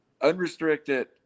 unrestricted